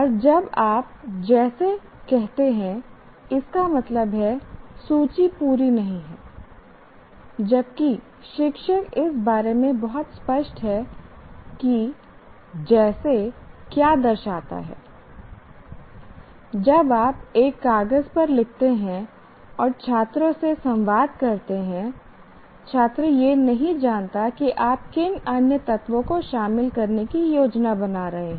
और जब आप जैसे कहते हैं इसका मतलब है सूची पूरी नहीं है जबकि शिक्षक इस बारे में बहुत स्पष्ट है कि जैसे क्या दर्शाता है जब आप एक कागज़ पर लिखते हैं और छात्रों से संवाद करते हैं छात्र यह नहीं जानता कि आप किन अन्य तत्वों को शामिल करने की योजना बना रहे हैं